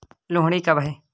लोहड़ी कब है?